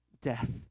Death